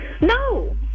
No